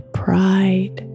pride